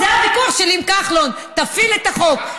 זה הוויכוח שלי עם כחלון: תפעיל את החוק.